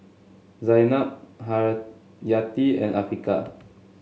Zaynab Haryati and Afiqah